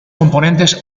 componentes